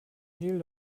hehl